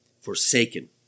forsaken